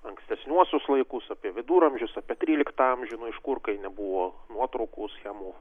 ankstesniuosius laikus apie viduramžius apie tryliktą amžių nu iš kur kai nebuvo nuotraukų schemų